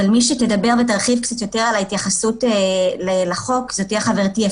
אבל מי שתדבר ותרחיב קצת יותר על ההתייחסות לחוק זו תהיה חברתי,